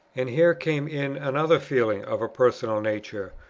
and here came in another feeling, of a personal nature,